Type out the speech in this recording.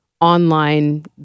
online